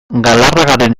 galarragaren